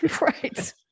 right